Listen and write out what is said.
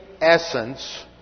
essence